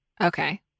Okay